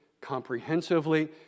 comprehensively